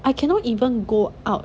I cannot even go out